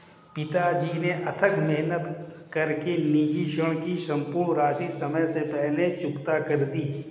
पिताजी ने अथक मेहनत कर के निजी ऋण की सम्पूर्ण राशि समय से पहले चुकता कर दी